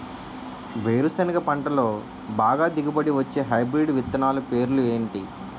వేరుసెనగ పంటలో బాగా దిగుబడి వచ్చే హైబ్రిడ్ విత్తనాలు పేర్లు ఏంటి?